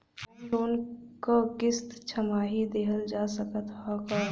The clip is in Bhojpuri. होम लोन क किस्त छमाही देहल जा सकत ह का?